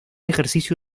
ejercicio